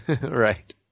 Right